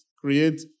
create